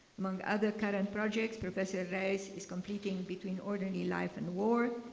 among other current project professor alryyes is completing between ordinary life and war,